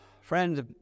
Friends